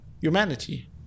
humanity